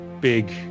big